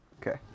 Okay